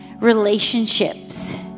relationships